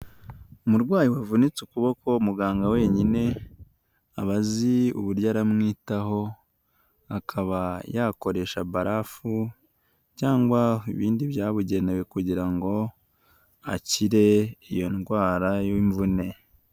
Umurwayi wavunitse ukuboko, muganga wenyine aba azi uburyo aramwitaho, akaba yakoresha barafu cyangwa ibindi byabugenewe, kugira ngo akire iyo ndwara y'imvune.